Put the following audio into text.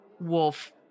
wolf